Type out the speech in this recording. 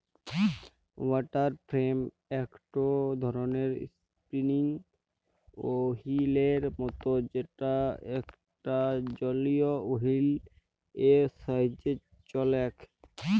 water frame একটো ধরণের spinning ওহীলের মত যেটা একটা জলীয় ওহীল এর সাহায্যে চলেক